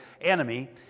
enemy